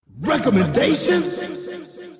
Recommendations